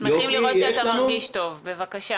שמחים לראות שאתה מרגיש טוב, תודה.